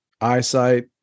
eyesight